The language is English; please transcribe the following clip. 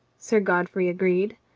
sir god frey agreed.